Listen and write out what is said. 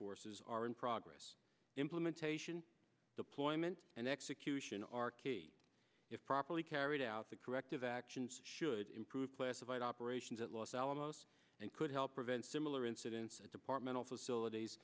forces are in progress implementation deployment and execution are key if properly carried out the corrective actions should improve classified operations at los alamos and could help prevent similar incidents at departmental facilities